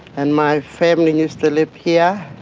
and my family used to live here,